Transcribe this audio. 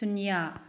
ꯁꯨꯅ꯭ꯌꯥ